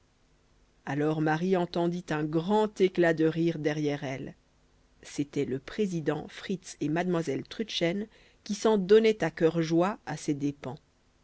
alors marie entendit un grand éclat de rire derrière elle c'étaient le président fritz et mademoiselle trudchen qui s'en donnaient à cœur joie à ses dépens